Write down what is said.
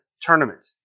Tournament